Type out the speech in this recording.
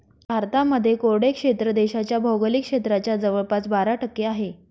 भारतामध्ये कोरडे क्षेत्र देशाच्या भौगोलिक क्षेत्राच्या जवळपास बारा टक्के आहे